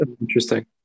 interesting